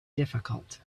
difficult